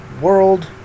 world